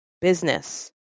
business